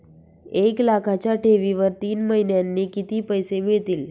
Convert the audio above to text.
एक लाखाच्या ठेवीवर तीन महिन्यांनी किती पैसे मिळतील?